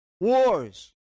Wars